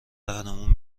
رهنمون